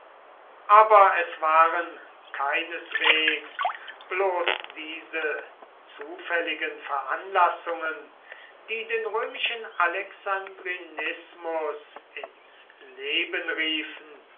aber es waren keineswegs bloß diese zufälligen veranlassungen die den römischen alexandrinismus ins leben riefen